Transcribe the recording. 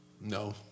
No